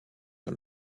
sur